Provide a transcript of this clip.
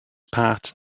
part